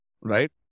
right